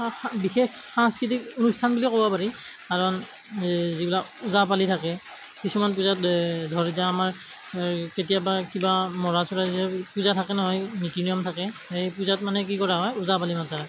বিশেষ সাংস্কৃতিক অনুষ্ঠান বুলিয়েই ক'ব পাৰি কাৰণ যিবিলাক ওজাপালি থাকে কিছুমান পূজাত ধৰ এতিয়া আমাৰ কেতিয়াবা কিবা মৰা চৰা যে পূজা থাকে নহয় নীতি নিয়ম থাকে সেই পূজাত মানে কি কৰা হয় ওজাপালি মতা হয়